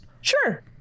Sure